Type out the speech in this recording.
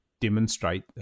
demonstrate